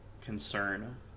concern